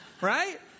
Right